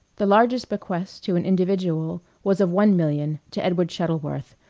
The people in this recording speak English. the largest bequest to an individual was of one million, to edward shuttleworth,